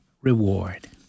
reward